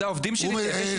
זה העובדים שלי, תאבי שלטון?